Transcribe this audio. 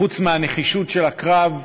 חוץ מהנחישות של הקרב,